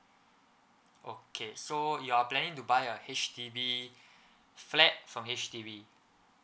okay so you are planning to buy a H_D_B flat from H_D_B